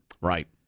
Right